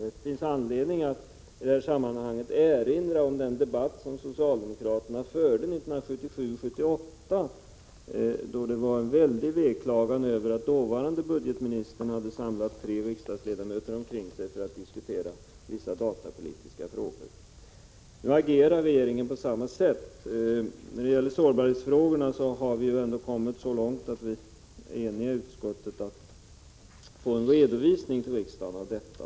Det finns anledning att i detta sammahang erinra om den debatt som socialdemokraterna förde 1977/78, då det var en väldig veklagan över att dåvarande budgetministern hade samlat tre riksdagsledamöter kring sig för att diskutera vissa datapolitiska frågor. Nu agerar regeringen på samma sätt. När det gäller sårbarhetsfrågorna har vi ändå kommit så långt att vi är eniga i utskottet om det angelägna i att vi får en redovisning till riksdagen om detta.